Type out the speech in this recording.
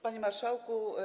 Panie Marszałku!